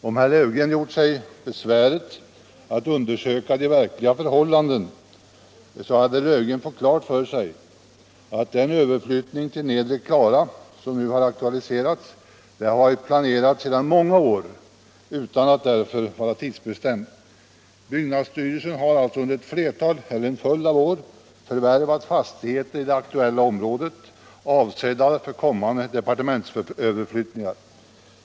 Om herr Löfgren gjort sig besväret att undersöka de verkliga förhållandena, så hade herr Löfgren fått klart för sig att den överflyttning till nedre Klara som nu aktualiserats har varit planerad sedan många år utan att därför vara tidsbestämd. Byggnadsstyrelsen har alltså under en följd av år förvärvat fastigheter i det aktuella området, avsedda för kommande departementsöverflyttningar.